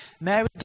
Mary